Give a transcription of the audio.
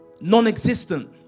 non-existent